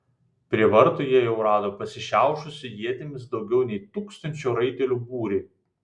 prie vartų jie jau rado pasišiaušusį ietimis daugiau nei tūkstančio raitelių būrį